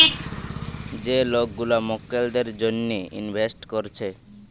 যে লোক গুলা মক্কেলদের জন্যে ইনভেস্ট কোরছে